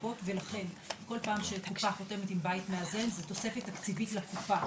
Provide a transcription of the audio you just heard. הקופות ולכן כל פעם שקופה חותמת עם בית מאזן זה תוספת תקציבית לקופה,